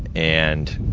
and